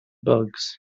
bugs